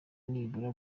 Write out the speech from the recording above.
nibura